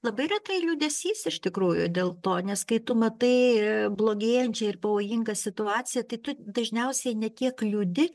labai retai liūdesys iš tikrųjų dėl to nes kai tu matai blogėjančią ir pavojingą situaciją tai tu dažniausiai ne tiek liūdi